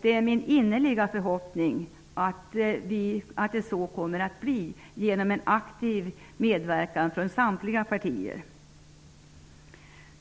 Det är min innerliga förhoppning att det kommer att bli så genom en aktiv medverkan från samtliga partier.